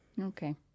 Okay